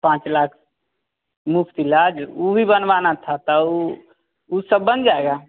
पाँच लाख मुफ़्त इलाज़ उ भी बनवाना था त उ उ सब बन जाएगा